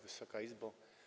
Wysoka Izbo!